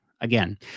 again